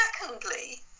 secondly